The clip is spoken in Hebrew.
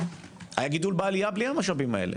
היה גידול בעלייה בלי המשאבים האלה.